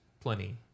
plenty